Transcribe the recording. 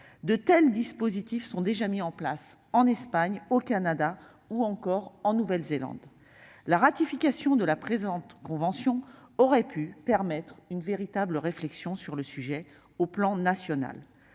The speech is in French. De tels dispositifs s'appliquent déjà en Espagne, au Canada ou encore en Nouvelle-Zélande. La ratification de la présente convention aurait pu permettre une véritable réflexion au niveau national.